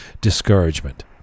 discouragement